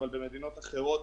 אבל במדינות אחרות